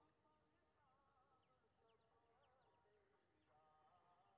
पाँच लाख तक में बैंक हमरा से काय प्रतिशत ब्याज लेते?